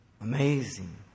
Amazing